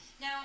Now